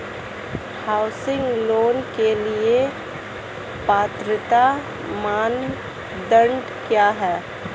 Housing loan के लिए पात्रता मानदंड क्या हैं?